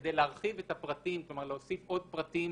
כדי להרחיב את הפרטים ולהוסיף עוד פרטים